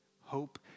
Hope